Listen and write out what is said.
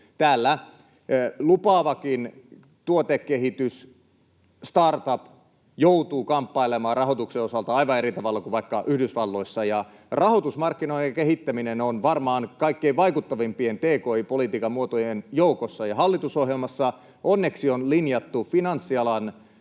Täällä lupaavakin tuotekehitys, startup joutuu kamppailemaan rahoituksen osalta aivan eri tavalla kuin vaikka Yhdysvalloissa. Rahoitusmarkkinoiden kehittäminen on varmaan kaikkein vaikuttavimpien tki-politiikan muotojen joukossa. Hallitusohjelmassa onneksi on linjattu finanssialan